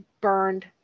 burned